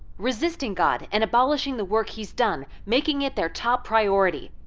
resisting god and abolishing the work he's done, making it their top priority.